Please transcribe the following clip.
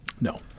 No